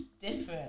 different